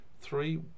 Three